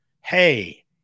hey